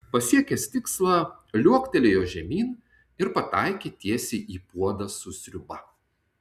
pasiekęs tikslą liuoktelėjo žemyn ir pataikė tiesiai į puodą su sriuba